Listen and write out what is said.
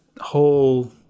whole